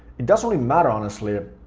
it doesn't really matter honestly. ah